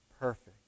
perfect